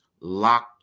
Locked